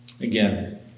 Again